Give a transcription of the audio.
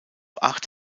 acht